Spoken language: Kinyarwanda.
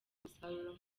umusaruro